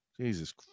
Jesus